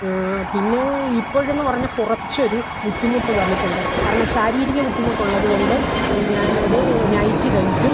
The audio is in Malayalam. പിന്നെ ഇപ്പോഴെന്ന് പറഞ്ഞാൽ കുറച്ചൊരു ബുദ്ധിമുട്ട് വന്നിട്ടുണ്ട് കാരണം ശാരീരിക ബുദ്ധിമുട്ടുള്ളതുകൊണ്ട് ഞാനത് നൈറ്റി തയ്ക്കും